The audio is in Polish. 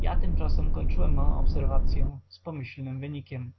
ja tymczasem kończyłem mą obserwacyę z pomyślnym wynikiem